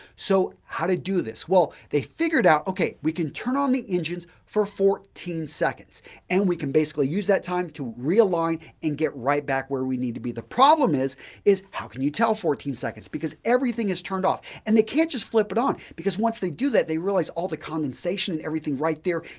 so, how to do this? well, they figured out, okay, we can turn on the engines for fourteen seconds and we can basically use that time to realign and get right back where we need to be. the problem is is how can you tell fourteen seconds because everything is turned off and they can't just flip it on because once they do that, they realized all the condensation and everything right there,